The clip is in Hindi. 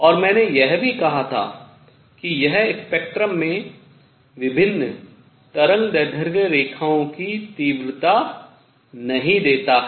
और मैंने यह भी कहा था कि यह स्पेक्ट्रम में विभिन्न तरंगदैर्ध्य रेखाओं की तीव्रता नहीं देता है